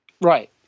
Right